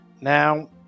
Now